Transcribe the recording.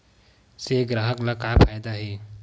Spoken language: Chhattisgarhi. से ग्राहक ला का फ़ायदा हे?